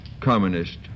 Communist